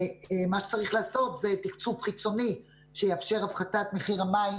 ומה שצריך לעשות זה תקצוב חיצוני שיאפשר הפחתת מחיר המים